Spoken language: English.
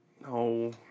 No